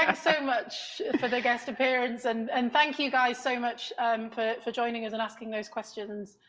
ah so much for the guest appearance, and and thank you, guys, so much um for for joining us and asking those questions.